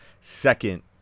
second